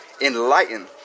enlighten